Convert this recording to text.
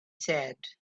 said